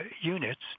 units